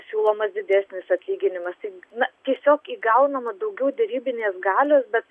siūlomas didesnis atlyginimas tai na tiesiog įgaunama daugiau derybinės galios bet